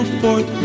forth